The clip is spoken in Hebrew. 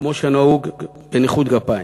כמו שנהוג בנכות גפיים.